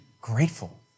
grateful